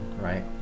right